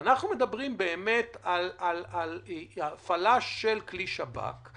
אנחנו מדברים באמת על הפעלה של כלי שב"כ,